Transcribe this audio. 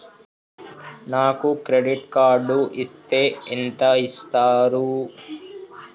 నాకు credit card ఇస్తే ఎంత ఇస్తరు?